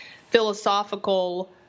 philosophical